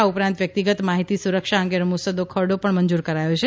આ ઉપરાંત વ્યક્તિગત માહીતી સુરક્ષા અંગેનો મુસદ્દા ખરડો પણ મંજૂર કરાયો છે